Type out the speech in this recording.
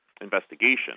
investigation